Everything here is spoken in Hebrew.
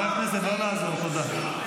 אתה המחבל הגדול ביותר.